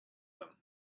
them